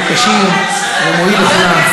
בדיונים קשים זה מועיל לכולם.